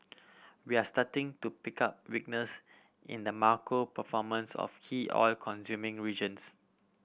we are starting to pick up weakness in the macro performance of key oil consuming regions